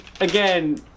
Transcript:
again